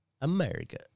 America